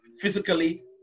physically